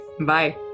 Bye